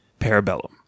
Parabellum